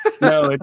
No